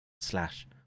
slash